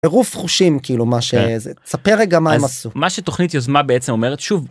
עירוב חושים כאילו מה שזה... ספר רגע מה הם עשו. מה שתוכנית יוזמה בעצם אומרת שוב.